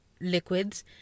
liquids